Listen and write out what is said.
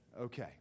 okay